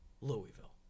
Louisville